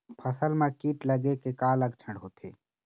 फसल म कीट लगे के का लक्षण होथे?